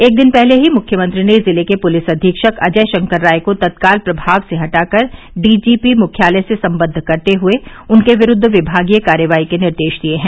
एक दिन पहले ही मुख्यमंत्री ने जिले के पुलिस अधीक्षक अजय शंकर राय को तत्काल प्रभाव से हटा कर डीजीपी मुख्यालय से संबद्ध करते हुए उनके विरूद्व विभागीय कार्रवाई के निर्देश दिये हैं